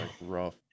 rough